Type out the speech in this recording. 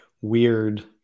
weird